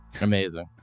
Amazing